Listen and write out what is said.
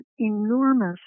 enormous